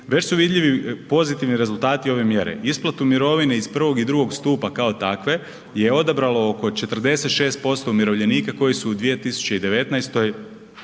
Već su vidljivi pozitivni rezultati ove mjere. Isplatu mirovine iz prvog i drugog stupa kao takve je odabralo oko 46% umirovljenika koji su u 2019.